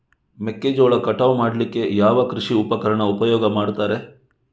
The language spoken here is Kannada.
ಮೆಕ್ಕೆಜೋಳ ಕಟಾವು ಮಾಡ್ಲಿಕ್ಕೆ ಯಾವ ಕೃಷಿ ಉಪಕರಣ ಉಪಯೋಗ ಮಾಡ್ತಾರೆ?